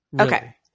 Okay